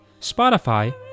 Spotify